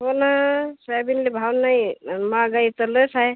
हो ना सोयाबीनला भाव नाही महागाई तर लईच आहे